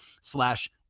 slash